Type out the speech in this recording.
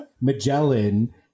Magellan